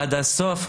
עד הסוף.